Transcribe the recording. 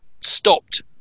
stopped